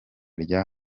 rya